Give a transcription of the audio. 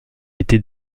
été